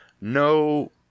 no